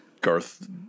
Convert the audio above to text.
Garth